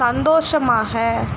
சந்தோஷமாக